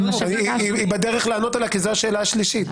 היא בדרך לענות על השאלה כי זו השאלה השלישית.